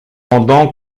pendant